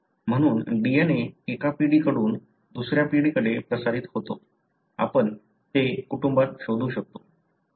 म्हणून DNA एका पिढीकडून दुसऱ्या पिढीकडे प्रसारित होतो आपण ते कुटुंबात शोधू शकतो